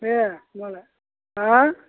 दे होमबालाय हा